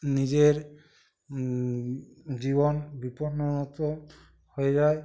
নিজের জীবন বিপন্ন হতো হয়ে যায়